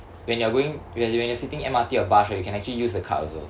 when you're going when you're when you're sitting M_R_T or bus right you can actually use the card also